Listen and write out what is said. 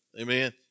Amen